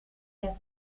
der